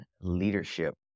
leadership